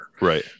Right